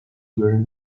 during